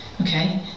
okay